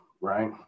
right